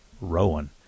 Rowan